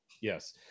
Yes